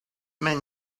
man